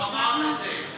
לא אמרת את זה.